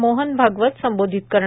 मोहन भागवत संबोधित करणार